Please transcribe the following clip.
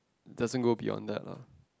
doesn't go beyond that lah